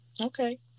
Okay